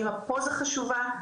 האם ה'פוזה' חשובה,